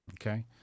Okay